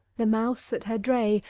the mouse at her dray,